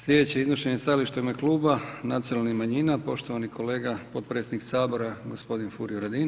Sljedeće iznošenje stajališta u ime Kluba nacionalnih manjina, poštovani kolega, potpredsjednik Sabora, g. Furio Radin.